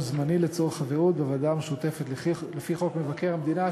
זמני לצורך חברות בוועדה המשותפת לפי חוק מבקר המדינה,